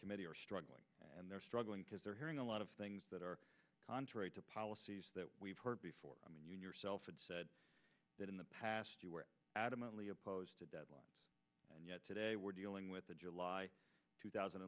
committee are struggling and they're struggling because they're hearing a lot of things that are contrary to policies that we've heard before i mean yourself that in the past you were adamantly opposed to deadlines and yet today we're dealing with the july two thousand